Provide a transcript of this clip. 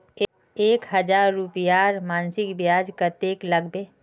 एक हजार रूपयार मासिक ब्याज कतेक लागबे?